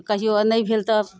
कहियो नहि भेल तऽ